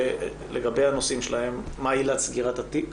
לגבי הנושאים שלהם מה עילת סגירת התיק,